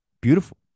beautiful